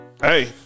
Hey